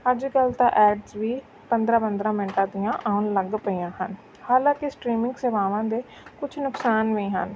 ਅੱਜ ਕੱਲ੍ਹ ਤਾਂ ਐਡਸ ਵੀ ਪੰਦਰ੍ਹਾਂ ਪੰਦਰ੍ਹਾਂ ਮਿੰਟਾਂ ਦੀਆਂ ਆਉਣ ਲੱਗ ਪਈਆਂ ਹਨ ਹਾਲਾਂਕਿ ਸਟ੍ਰੀਮਿੰਗ ਸੇਵਾਵਾਂ ਦੇ ਕੁਛ ਨੁਕਸਾਨ ਵੀ ਹਨ